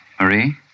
Marie